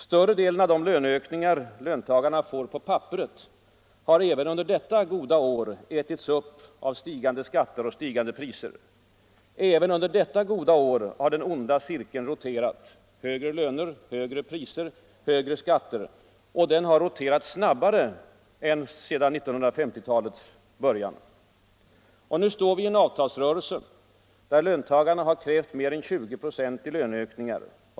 Större delen av de löneökningar löntagarna får på papperet har även under detta goda år ätits upp av stigande skatter och stigande priser. Även under detta goda år har den onda cirkeln roterat: högre löner — högre priser — högre skatter. Och den har roterat snabbare än sedan 1950-talets början. Och nu står vi i en avtalsrörelse, där löntagarna har krävt mer än 20 96 i löneökningar.